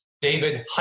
david